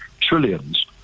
trillions